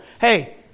Hey